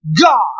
God